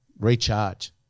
recharge